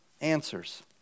answers